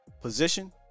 position